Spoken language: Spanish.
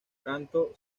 canto